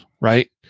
right